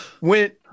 went